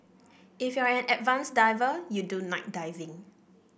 if you're an advanced diver you do night diving